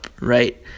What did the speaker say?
right